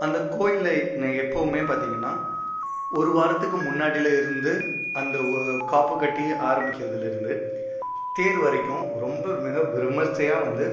அந்த கோயிலில் நான் எப்போவுமே பாத்தீங்கன்னா ஒரு வாரத்துக்கு முன்னாடிலேருந்து அந்த ஓ காப்புக்கட்டி ஆரம்பிக்கிறதுலேருந்து தேர் வரைக்கும் ரொம்ப மிக விமர்சயாக வந்து